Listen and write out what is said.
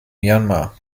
myanmar